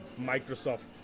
Microsoft